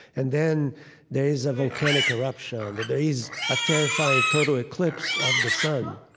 and then days of volcanic eruption, that there is a terrifying total eclipse of the sun.